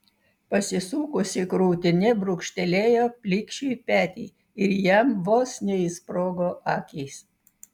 pasisukusi krūtine brūkštelėjo plikšiui petį ir jam vos neišsprogo akys